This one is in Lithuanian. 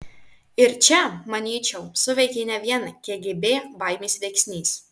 ir čia manyčiau suveikė ne vien kgb baimės veiksnys